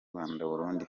burundi